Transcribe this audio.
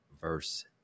verse